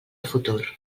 futur